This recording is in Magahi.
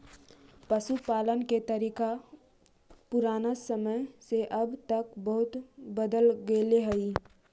पशुपालन के तरीका पुराना समय से अब तक बहुत बदल गेले हइ